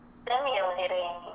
simulating